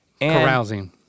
Carousing